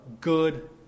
good